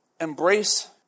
embrace